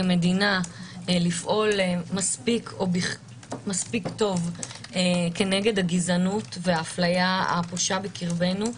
כמדינה לפעול מספיק טוב כנגד הגזענות וההפליה הפושה בקרבנו.